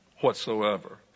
whatsoever